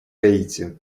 гаити